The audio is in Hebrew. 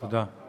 תודה.